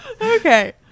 Okay